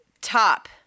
top